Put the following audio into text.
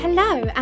Hello